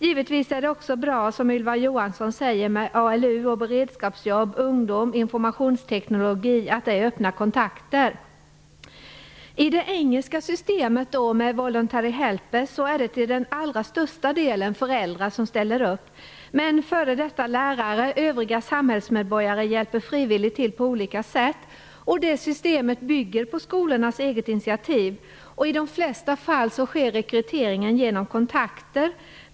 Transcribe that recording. Givetvis är det också bra för ungdomar med ALU, beredskapsjobb och informationsteknologi, som Ylva Johansson säger. Det öppnar kontakter. är det till den allra största delen föräldrar som ställer upp. Men f.d. lärare och övriga samhällsmedborgare hjälper också frivilligt till på olika sätt. Det systemet bygger på skolornas eget initiativ. I de flesta fall sker rekryteringen genom kontakter.